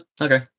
okay